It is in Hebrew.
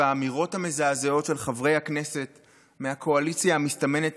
האמירות המזעזעות של חברי הכנסת מהקואליציה המסתמנת